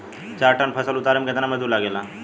चार टन फसल उतारे में कितना मजदूरी लागेला?